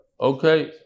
Okay